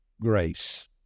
Grace